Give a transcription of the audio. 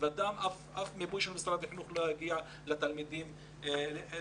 ואף מיפוי של משרד החינוך לא יגיע לתלמידים האלה.